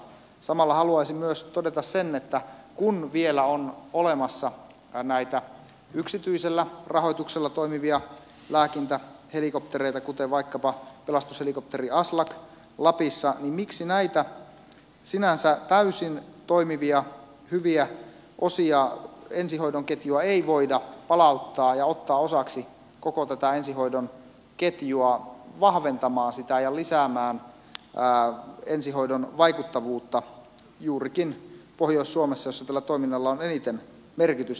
samalla haluaisin myös todeta sen että kun vielä on olemassa näitä yksityisellä rahoituksella toimivia lääkintähelikoptereita kuten vaikkapa pelastushelikopteri aslak lapissa niin miksi näitä sinänsä täysin toimivia hyviä osia ensihoidon ketjusta ei voida palauttaa ja ottaa osaksi koko tätä ensihoidon ketjua vahventamaan sitä ja lisäämään ensihoidon vaikuttavuutta juurikin pohjois suomessa jossa tällä toiminnalla on eniten merkitystä